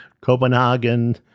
Copenhagen